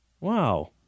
Wow